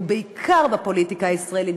ובעיקר בפוליטיקה הישראלית,